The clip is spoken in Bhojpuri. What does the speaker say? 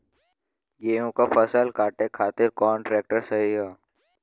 गेहूँक फसल कांटे खातिर कौन ट्रैक्टर सही ह?